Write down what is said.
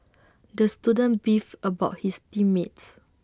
the student beefed about his team mates